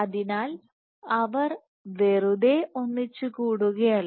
അതിനാൽ അവർ വെറുതേ ഒന്നിച്ചുകൂടുകയല്ല